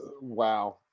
Wow